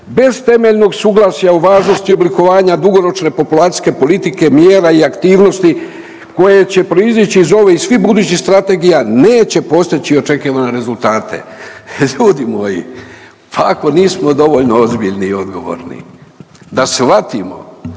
Bez temeljnog suglasja u važnosti oblikovanja dugoročne populacijske politike, mjera i aktivnosti koje će proizići iz ovih svih budućih strategija neće postići očekivane rezultate. Ljudi moji, pa ako nismo dovoljno ozbiljni i odgovorni da shvatimo